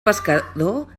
pescador